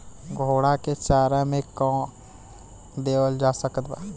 घोड़ा के चारा मे का देवल जा सकत बा?